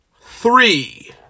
three